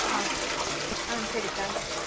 ஆ ஆ சரிக்கா